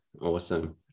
Awesome